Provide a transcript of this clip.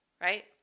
right